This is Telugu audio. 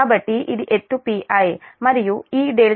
కాబట్టి ఇది ఎత్తు Pi మరియు ఈ c 0 తో వ్యత్యాసం